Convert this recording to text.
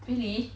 really